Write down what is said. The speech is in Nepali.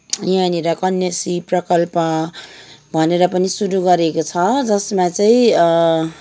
यहाँँनिर कन्याश्री प्रकल्प भनेर पनि सुरु गरेको छ जसमा चाहिँ